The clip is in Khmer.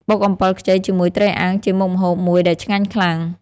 បុកអំពិលខ្ចីជាមួយត្រីអាំងជាមុខម្ហូបមួយដែលឆ្ងាញ់ខ្លាំង។